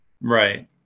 Right